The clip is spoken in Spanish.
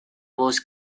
voz